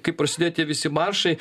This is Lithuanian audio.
kai prasidėjo tie visi maršai